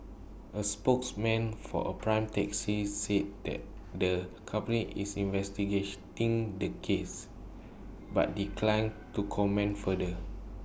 A spokesman for A prime taxi said that the company is the case but declined to comment further